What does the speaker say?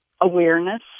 awareness